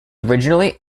originally